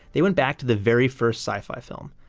they went back to the very first sci-fi film,